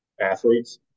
athletes